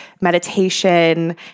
meditation